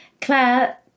Claire